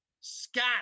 Scott